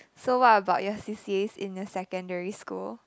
so what about your c_c_as in the secondary school>